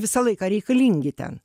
visą laiką reikalingi ten